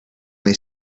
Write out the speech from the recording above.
they